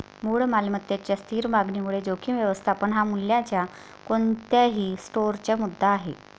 मूळ मालमत्तेच्या स्थिर मागणीमुळे जोखीम व्यवस्थापन हा मूल्याच्या कोणत्याही स्टोअरचा मुद्दा आहे